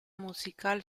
musical